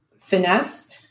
finesse